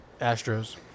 Astros